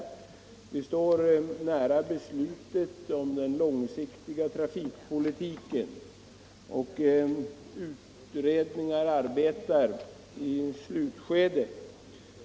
Vi står nära beslutet om den långsiktiga trafikpolitiken. Utredningarna arbetar i slutskedet.